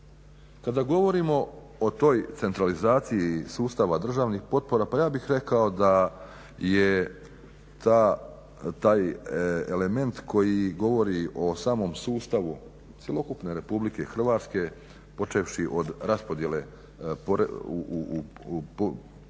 Kada govorimo o toj centralizaciji sustava državnih potpora pa ja bih rekao da je taj element koji govori o samom sustavu cjelokupne RH počevši od raspodjele u prihodima